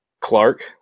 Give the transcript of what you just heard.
Clark